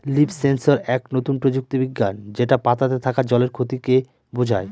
leaf sensor এক নতুন প্রযুক্তি বিজ্ঞান যেটা পাতাতে থাকা জলের ক্ষতিকে বোঝায়